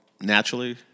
naturally